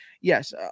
yes